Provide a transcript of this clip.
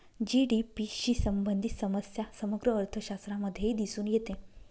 GDP शी संबंधित समस्या समग्र अर्थशास्त्रामध्येही दिसून येते